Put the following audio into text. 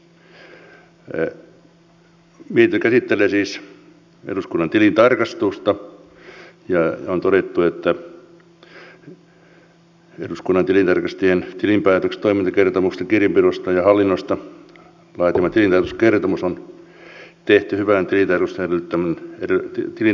mietintö käsittelee siis eduskunnan tilintarkastusta ja on todettu että eduskunnan tilintarkastajien eduskunnan tilinpäätöksestä toimintakertomuksesta kirjanpidosta ja hallinnosta laatima tilintarkastuskertomus on tehty hyvän tilintarkastustavan mukaisesti